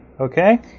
Okay